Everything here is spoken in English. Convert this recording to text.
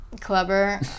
Clever